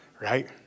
right